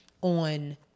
on